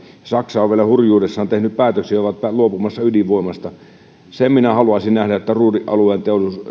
saksa on vielä hurjuudessaan tehnyt päätöksen että ovat luopumassa ydinvoimasta sen minä haluaisin nähdä että ruhrin alueen